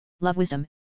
love-wisdom